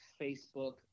Facebook